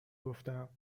گفتم